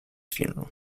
funeral